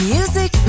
Music